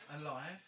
Alive